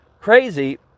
crazy